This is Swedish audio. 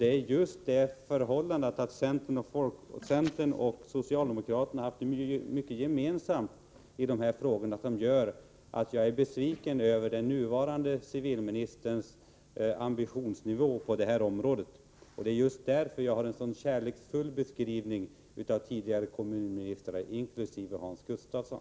Det är just det förhållandet att centern och socialdemokraterna har mycket gemensamt i dessa frågor som gör att jag är besviken över den nuvarande civilministerns obetydliga ambitionsnivå på det här området, och det är just därför som jag gör en så kärleksfull beskrivning av tidigare kommunministrar, inkl. Hans Gustafsson.